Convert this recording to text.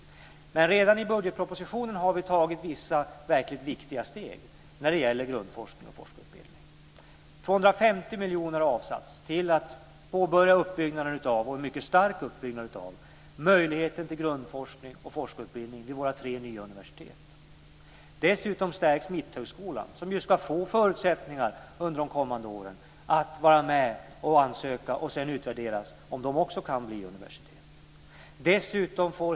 Men redan i budgetpropositionen har vi tagit vissa verkligt viktiga steg när det gäller grundforskning och forskarutbildning. 250 miljoner kronor har avsatts till att påbörja en mycket stark uppbyggnad av möjligheten till grundforskning och forskarutbildning vid våra tre nya universitet. Dessutom stärks Mitthögskolan, som ju ska få förutsättningar under de kommande åren att vara med och ansöka för att sedan utvärderas om den också kan få bli universitet.